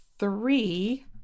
Three